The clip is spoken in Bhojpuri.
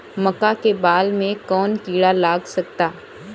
मका के बाल में कवन किड़ा लाग सकता?